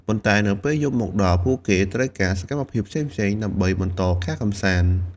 ប៉ុន្តែនៅពេលយប់មកដល់ ពួកគេត្រូវការសកម្មភាពផ្សេងៗដើម្បីបន្តការកម្សាន្ត។